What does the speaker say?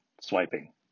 swiping